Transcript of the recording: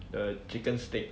the chicken steak